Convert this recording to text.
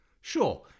Sure